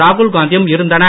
ராகுல் காந்தியும் இருந்தனர்